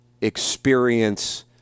experience